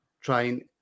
trying